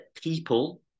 people